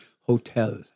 Hotel